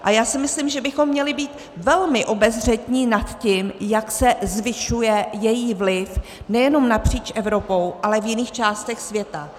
A já si myslím, že bychom měli být velmi obezřetní nad tím, jak se zvyšuje jejich vliv nejenom napříč Evropou, ale i v jiných částech světa.